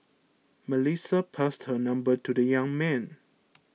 Melissa passed her number to the young man